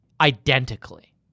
identically